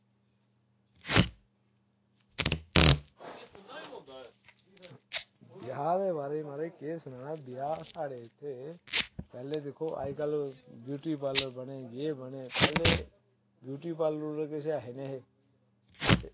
केह् हाल ऐ म्हाराज म्हाराज केह् सनाना ब्याह् ऐ साढ़े इत्थें पैह्लें दिक्खो अजकल्ल ब्यूटी पार्लर बने जे बने दे पैह्लें ब्यूटी पार्लर किश ऐ निं हे ते